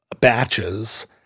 batches